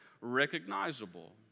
recognizable